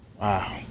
Wow